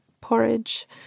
porridge